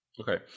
Okay